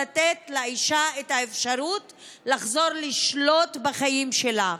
לתת לאישה את האפשרות לחזור לשלוט בחיים שלה.